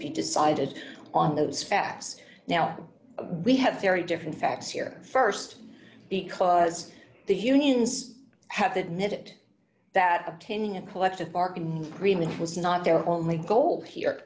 be decided on those facts now we have very different facts here st because the unions have to admit that obtaining a collective bargaining agreement was not their only goal here